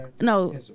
No